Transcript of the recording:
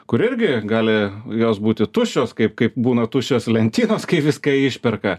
kur irgi gali jos būti tuščios kaip kaip būna tuščios lentynos kai viską išperka